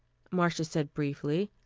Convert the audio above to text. marcia said briefly.